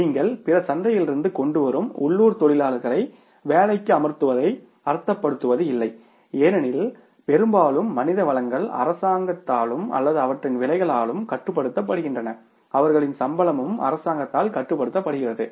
நீங்கள் பிற சந்தையிலிருந்து கொண்டு வரும் உள்ளூர் தொழிலாளர்களை வேலைக்கு அமர்த்துவதை அர்த்தப்படுத்துவதில்லை ஏனெனில் பெரும்பாலும் மனித வளங்கள் அரசாங்கங்களாலும் அல்லது அவற்றின் விலைகளாலும் கட்டுப்படுத்தப்படுகின்றன அவர்களின் சம்பளமும் அரசாங்கத்தால் கட்டுப்படுத்தப்படுகிறது